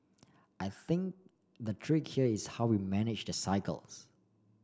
I think the trick is how we manage the cycles